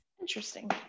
Interesting